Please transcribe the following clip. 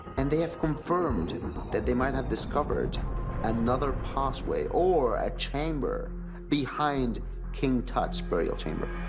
and they have confirmed that they might have discovered another passway, or a chamber behind king tut's burial chamber.